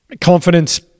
Confidence